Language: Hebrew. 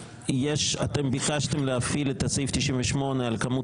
אתם ביקשתם להחיל את סעיף 98 על כמות